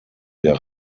der